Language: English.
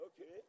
Okay